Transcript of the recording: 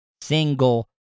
single